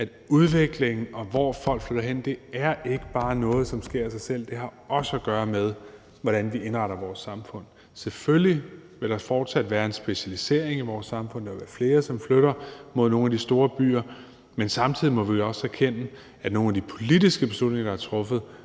at udvikling, og hvor folk flytter hen, ikke bare er noget, som sker af sig selv; det har også noget at gøre med, hvordan vi indretter vores samfund. Selvfølgelig vil der fortsat være en specialisering i vores samfund. Der vil være flere, som flytter mod nogle af de store byer. Men samtidig må vi også erkende, at nogle af de politiske beslutninger, der er truffet,